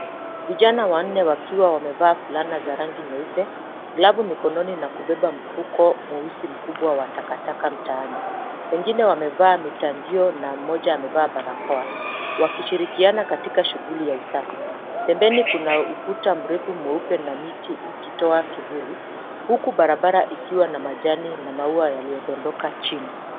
Vijana wanne wakiwa wamevaa fulana za rangi nyeupe, glavu mikononi na kubeba mfuko mweusi mkubwa wa takataka mtaani. Vijana wengine wakiwa wamevaa fulana za rangi nyeupe, glavu mkononi na kubeba mfuko mweusi mkubwa wa takataka mtaani. Wengine wamevaa mitandio na mmoja amevaa barakoa. Wakishirikiana katika shughuli ya usafi. Pembeni kuna ukuta mrefu mweupe na miti ikitoa kivuli huku barabara ikiwa na majani na maua yaliyodondoka chini.